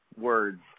words